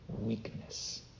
weakness